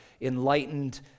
enlightened